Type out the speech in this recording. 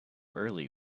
early